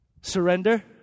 surrender